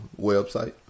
website